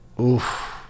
oof